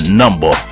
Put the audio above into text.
number